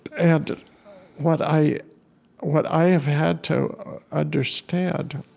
and what i what i have had to understand,